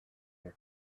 your